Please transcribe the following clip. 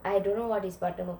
I don't know what is buttermilk